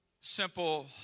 Simple